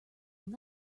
will